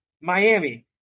miami